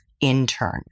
intern